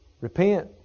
Repent